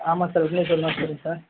ஆமாம் சார் விக்னேஷ்வரன் தான் பேசுகிறன்